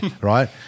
right